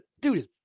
dude